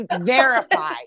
verify